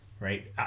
Right